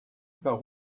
part